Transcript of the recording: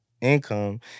income